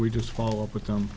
we just follow up with them